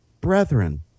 brethren